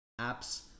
apps